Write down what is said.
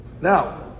Now